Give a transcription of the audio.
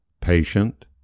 patient